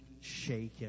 shaken